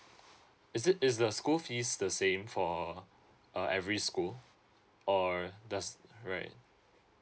is it is the school fees the same for uh every school or does right